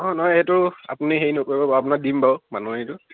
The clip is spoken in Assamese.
অঁ নহয় সেইটো আপুনি হেৰি নকৰিব বাৰু আপোনাক দিম বাৰু মাননিটো